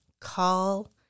call